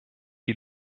die